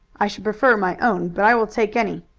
i should prefer my own, but i will take any.